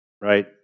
right